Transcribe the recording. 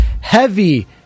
Heavy